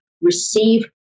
receive